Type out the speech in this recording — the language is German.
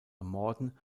ermorden